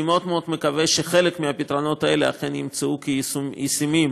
אני מאוד מאוד מקווה שחלק מהפתרונות האלה אכן יימצאו ישימים